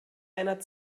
einer